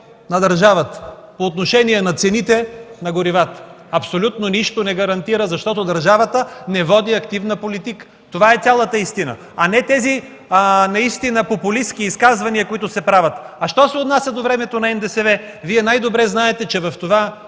„Лукойл”, по отношение на цените на горивата? Абсолютно нищо не гарантира, защото държавата не води активна политика. Това е цялата истина, а не тези наистина популистки изказвания, които се правят. Що се отнася до времето на НДСВ, Вие най-добре знаете, че в това